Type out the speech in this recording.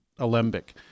alembic